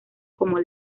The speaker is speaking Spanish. como